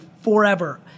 forever